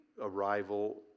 arrival